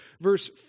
verse